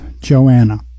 Joanna